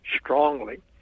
strongly